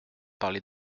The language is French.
parlé